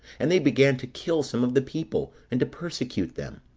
and they began to kill some of the people, and to persecute them.